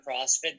CrossFit